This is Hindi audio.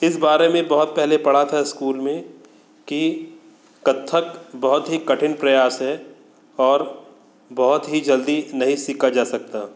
इस बारे में बहुत पहले पढ़ा था इस्कूल में कि कत्थक बहुत ही कठिन प्रयास है और बहुत ही जल्दी नहीं सीखा जा सकता